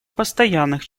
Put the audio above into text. постоянных